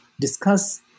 discuss